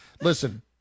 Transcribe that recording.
listen